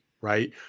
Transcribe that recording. right